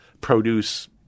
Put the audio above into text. produce